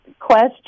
question